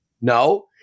No